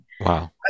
wow